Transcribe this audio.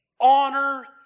honor